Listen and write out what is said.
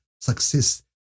success